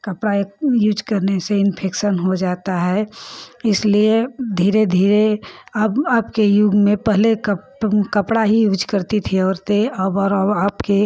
कपड़ा यूज करने से इन्फ़ेकशन हो जाता है इसलिए धीरे धीरे अब के युग में पहले कपड़ा ही यूज करती थी औरतें अब और अब के